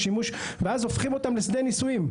ואז הופכים אותם לשדה ניסויים.